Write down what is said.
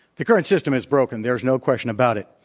the current system is broken. there is no question about it.